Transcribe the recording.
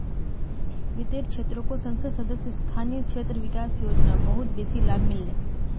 वित्तेर क्षेत्रको संसद सदस्य स्थानीय क्षेत्र विकास योजना बहुत बेसी लाभ मिल ले